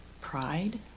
pride